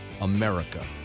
America